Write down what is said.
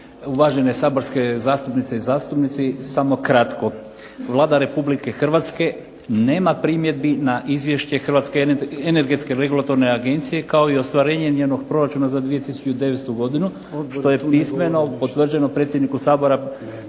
uvažene saborske zastupnice i zastupnici. Samo kratko. Vlada Republike Hrvatske nama primjedbi na izvješće Hrvatske energetske regulatorne agencije kao i ostvarenje njenog proračuna za …/Ne razumije se./… godinu, što je pismeno potvrđeno predsjedniku Sabora